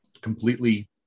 completely